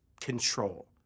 control